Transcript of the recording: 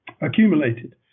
accumulated